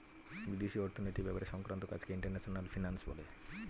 বিদেশি অর্থনৈতিক ব্যাপার সংক্রান্ত কাজকে ইন্টারন্যাশনাল ফিন্যান্স বলে